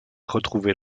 retrouver